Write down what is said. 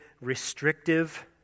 restrictive